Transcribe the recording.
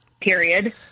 period